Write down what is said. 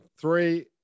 Three